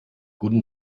guten